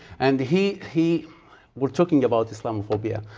and he he was talking about islamophobia,